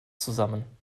zusammen